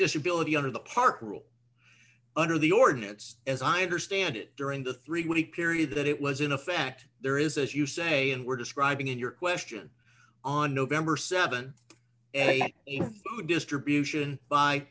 disability under the park rule under the ordinance as i understand it during the three week period that it was in a fact there is as you say and we're describing in your question on november th a distribution by